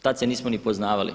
Tada se nismo ni poznavali.